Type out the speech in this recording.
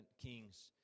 Kings